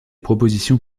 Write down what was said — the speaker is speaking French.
propositions